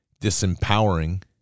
disempowering